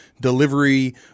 delivery